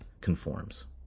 conforms